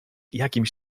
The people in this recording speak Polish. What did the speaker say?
jakimś